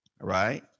right